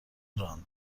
راند